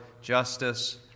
justice